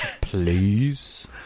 please